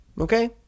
Okay